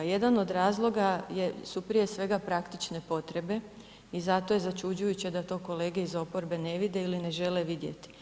Jedan od razloga su prije svega praktične potrebe i zato je začuđujuće da to kolege iz oporbe ne vide ili ne žele vidjeti.